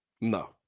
No